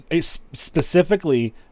specifically